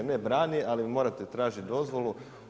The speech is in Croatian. Ne brani, ali vi morate tražiti dozvolu.